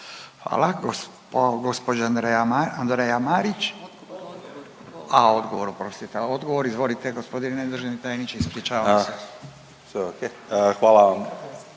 je to. Hvala vam.